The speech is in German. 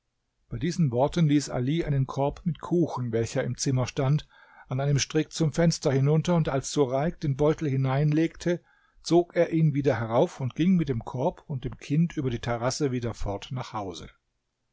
bei diesen worten ließ ali einen korb mit kuchen welcher im zimmer stand an einem strick zum fenster hinunter und als sureik den beutel hineinlegte zog er ihn wieder herauf und ging mit dem korb und dem kind über die terrasse wieder fort nach hause